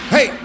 Hey